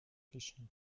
clichy